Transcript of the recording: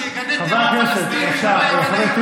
שיגנה טרור פלסטיני, חברי הכנסת.